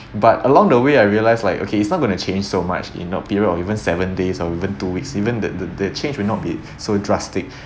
but along the way I realised like okay it's not going to change so much in a period of even seven days or even two weeks even the the the change will not be so drastic